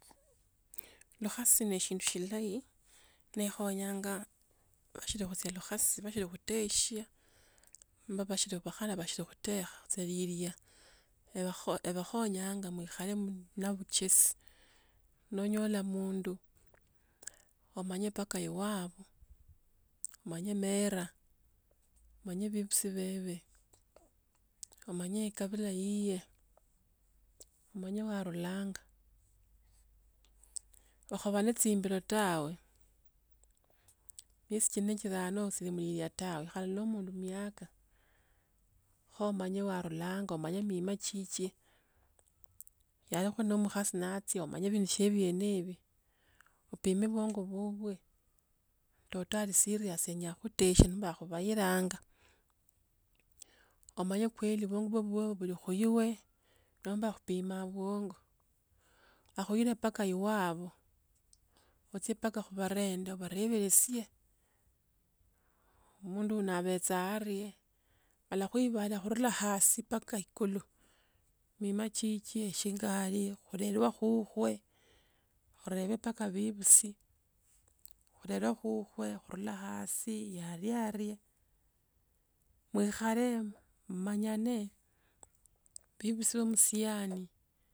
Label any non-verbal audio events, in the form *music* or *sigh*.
*noise* Lukhasi ne shindu shilayi. nekhonyanga no sili khucha lukhasi. ekhonya basili khutesia nomba bakhali khutekha ibakho- ibakhonya baekhale na ulekesi. No onyola mundu omanye mbaka iwabwe. omanye mera. omanye bibisi bebe. omanye ekabile iye. omanye warulanga.. Okha ba nende chimbilo tawe. Miesi chinne chitano osi muiya tawe. mala mwaka. kho umanye anile ena. mima. chichwe. yalikho na omukhasi na achie opime buongu bubwe. toto ali serious yenya kautesia nomba akhubailanga. Omanye kweli buongo bubwe buili khu ibe nomba akhupima pongo. Akhuile mpaka iwabwe ochie mpaka mbarende. ubarebelisie. Mundu na abecha arie, alakhuibala khulura asi mpaka ikulu. Mima chichwe, shinga ali kilura asi mpaka kukwe. urebe mpaka bebisi, khurela kukwe, khurela hasi, yariarie, mwekharee mmanyanee, bebisi ba musiani.